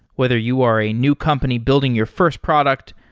whether you are a new company building your first product,